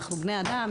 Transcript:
אנחנו בני אדם,